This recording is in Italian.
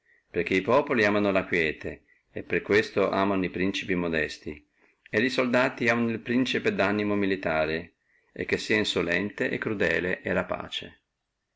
perché e populi amavono la quiete e per questo amavono e principi modesti e li soldati amavono el principe danimo militare e che fussi insolente crudele e rapace